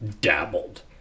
dabbled